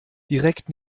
direkt